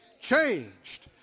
changed